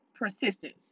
persistence